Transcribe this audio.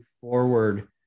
forward